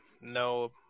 No